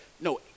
No